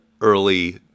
early